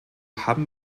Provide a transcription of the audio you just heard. haben